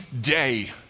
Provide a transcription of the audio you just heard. day